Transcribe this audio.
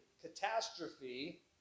catastrophe